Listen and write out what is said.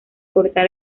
cortar